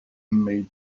made